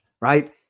right